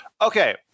okay